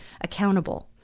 accountable